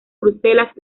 bruselas